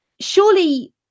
Surely